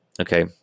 Okay